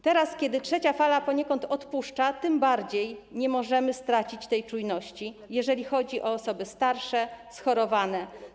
Teraz, kiedy trzecia fala poniekąd odpuszcza, tym bardziej nie możemy stracić tej czujności, jeżeli chodzi o osoby starsze, schorowane.